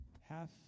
half